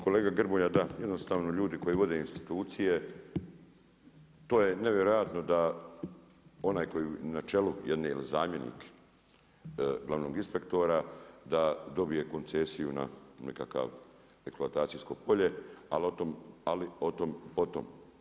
Kolega Grmoja da, jednostavno ljudi koji vode institucije to je nevjerojatno da onaj koji je na čelu jedne ili zamjenik glavnog inspektora da dobije koncesiju na nekakav eksploatacijsko polje, ali o tom po tom.